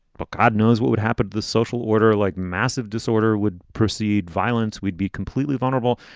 but god knows would happen to the social order, like massive disorder would proceed. violence. we'd be completely vulnerable.